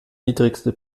niedrigste